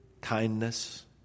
kindness